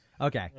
Okay